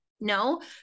no